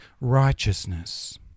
righteousness